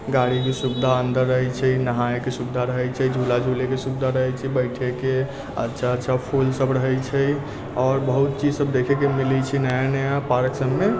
गाड़ीके सुविधा अन्दर रहैत छै नहाएके सुविधा रहैत छै झूला झुलैके सुविधा रहैत छै बैठैके अच्छा अच्छा फूल सभ रहैत छै आओर बहुत चीज सभ देखैके मिलैत छै नया नया पार्क सभमे